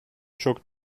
çok